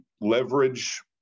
leverage